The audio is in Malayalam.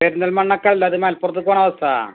പെരിന്തൽമണ്ണക്കല്ല ഇത് മലപ്പുറത്തേക്ക് പോകണ ബെസ്സാ